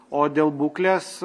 o dėl būklės